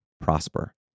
prosper